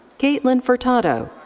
caitlin furtado.